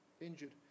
injured